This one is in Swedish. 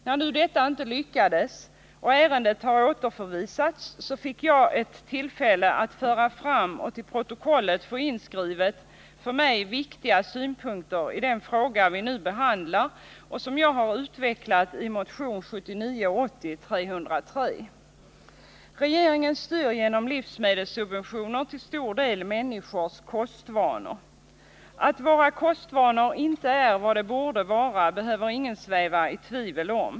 När nu detta inte lyckades och ärendet återförvisades, fick jag tillfälle att föra fram och till protokollet få inskrivet för mig viktiga synpunkter i den fråga vi nu behandlar, synpunkter som jag har utvecklat i motion 1979/80:303. Regeringen styr genom livsmedelssubventioner till stor del människors kostvanor. Att våra kostvanor inte är vad de borde vara behöver ingen sväva i tvivel om.